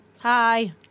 hi